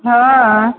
हँ